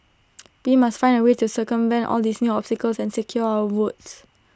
we must find A way to circumvent all these new obstacles and secure our votes